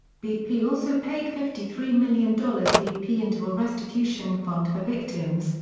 bp also paid fifty three million dollars bp into a restitution fund for victims,